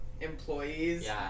Employees